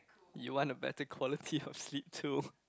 you want a better quality of sleep too